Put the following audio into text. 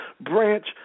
branch